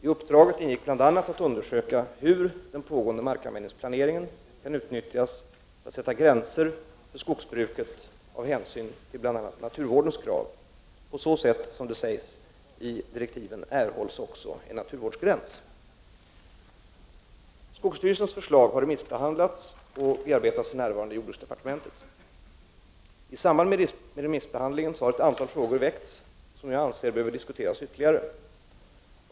I uppdraget ingick bl.a. att undersöka hur den pågående markanvändningsplaneringen kan utnyttjas för att sätta gränser för skogsbruket av hänsyn till bl.a. naturvårdens krav. På så sätt, som det sägs i direktiven, erhålls också en naturvårdsgräns. Skogsstyrelsens förslag har remissbehandlats och bearbetas för närvarande i jordbruksdepartementet. I samband med remissbehandlingen har ett antal frågor väckts som jag anser behöver diskuteras ytterligare.